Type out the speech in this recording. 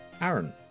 Aaron